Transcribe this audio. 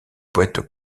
poète